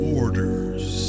orders